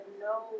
no